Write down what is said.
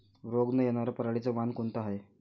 रोग न येनार पराटीचं वान कोनतं हाये?